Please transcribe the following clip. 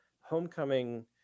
Homecoming